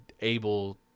able